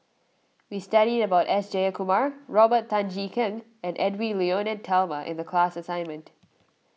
we studied about S Jayakumar Robert Tan Jee Keng and Edwy Lyonet Talma in the class assignment